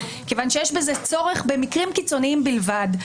מכיוון שיש בזה צורך במקרים קיצוניים בלבד.